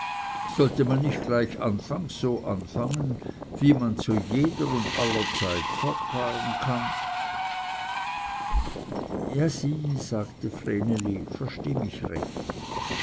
sollte man nicht gleich anfangs so anfangen wie man zu jeder und aller zeit fortfahren kann ja sieh sagte vreneli verstehe mich recht